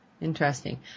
Interesting